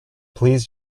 please